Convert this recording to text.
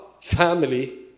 family